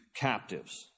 captives